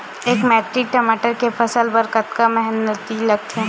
एक मैट्रिक टमाटर के फसल बर कतका मेहनती लगथे?